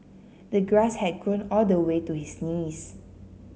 the grass had grown all the way to his knees